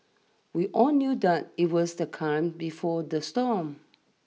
we all knew that it was the calm before the storm